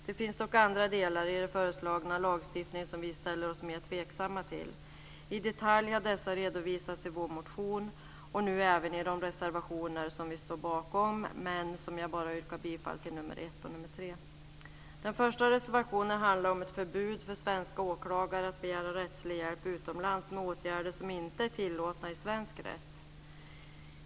Det finns dock andra delar i den föreslagna lagstiftningen som vi ställer oss mer tveksamma till. I detalj har dessa redovisats i vår motion och nu även i de reservationer som vi står bakom, av vilka jag nu bara yrkar bifall till nr 1 och nr 3. Den första reservationen handlar om ett förbud för svenska åklagare att begära rättslig hjälp utomlands med åtgärder som inte är tillåtna i svensk rätt.